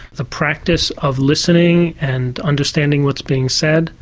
the practice of listening and understanding what's being said,